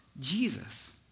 Jesus